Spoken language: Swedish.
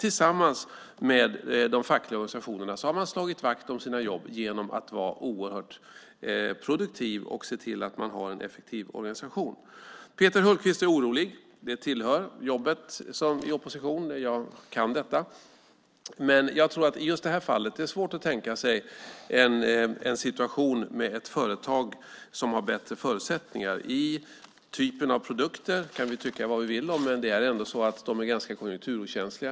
Tillsammans med de fackliga organisationerna har man slagit vakt om sina jobb genom att vara oerhört produktiv och se till att man har en effektiv organisation. Peter Hultqvist är orolig. Det tillhör jobbet i opposition - jag kan detta. Men jag tror att det just i det här fallet är svårt att tänka sig en situation med ett företag som har bättre förutsättningar. Det gäller typen av produkter. Det kan vi tycka vad vi vill om, men de är ändå ganska konjunkturokänsliga.